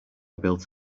built